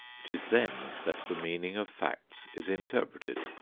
it is then that the meaning of facts is interpreted.